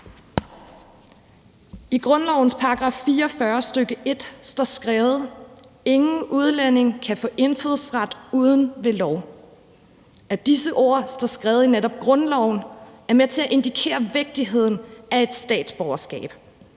I grundlovens § 44, stk. 1, står der skrevet: »Ingen udlænding kan få indfødsret uden ved lov«. At disse ord står skrevet i netop grundloven, er med til at indikere vigtigheden af et statsborgerskab,